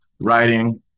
writing